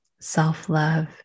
self-love